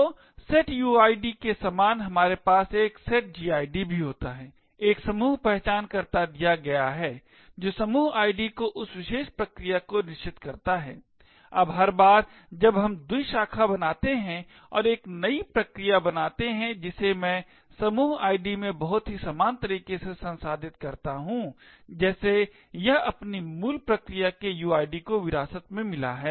तो setuid के समान हमारे पास एक setgid भी होता है एक समूह पहचानकर्ता दिया गया है जो समूह id को उस विशेष प्रक्रिया को निश्चित करता है अब हर बार जब हम द्विशाखा बनाते हैं और एक नई प्रक्रिया बनाते हैं जिसे मैं समूह आईडी में बहुत ही समान तरीके से संसाधित करता हूं जैसे यह अपनी मूल प्रक्रिया के uid को विरासत में मिला है